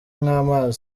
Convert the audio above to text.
nk’amazi